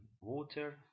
water